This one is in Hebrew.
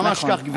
ממש כך, גברתי.